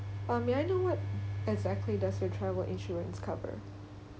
um may I know what exactly does your travel insurance cover